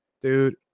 Dude